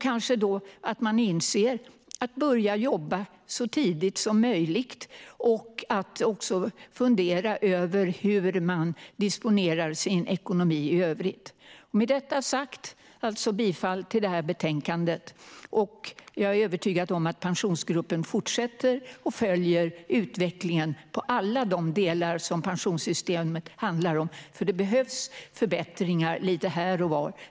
Kanske de då inser vad det innebär att börja jobba så tidigt som möjligt och också funderar över hur man disponerar sin ekonomi i övrigt. Ett tryggt och mer hållbart premie-pensionssystem Med detta sagt yrkar jag alltså bifall till förslaget i det här betänkandet. Jag är övertygad om att Pensionsgruppen fortsätter att följa utvecklingen i alla de delar som pensionssystemet handlar om, för det behövs förbättringar lite här och var.